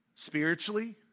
Spiritually